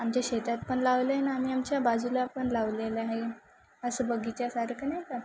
आमच्या शेतात पण लावले ना आम्ही आमच्या बाजूला पण लावलेल्या आहे असं बगीच्यासारखं नाही का